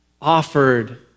offered